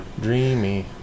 Dreamy